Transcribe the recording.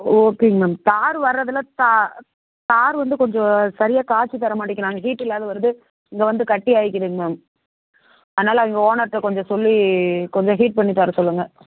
ஓகேங் ma'am tar வரதில் தா தார் வந்து கொஞ்சம் சரியாக காய்ச்சி தர மாட்டேங்கிறாங்க ஹீட் இல்லாது வருது இங்கே வந்து கட்டி ஆயிக்குதுங்க மேம் அதனால் அவங்க ஓனர்கிட்ட கொஞ்சம் சொல்லி கொஞ்சம் ஹீட் பண்ணி தர சொல்லுங்கள்